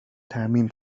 ترمیم